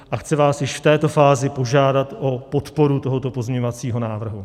A chci vás již v této fázi požádat o podporu tohoto pozměňovacího návrhu.